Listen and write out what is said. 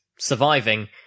surviving